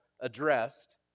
addressed